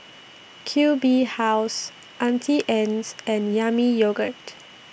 Q B House Auntie Anne's and Yami Yogurt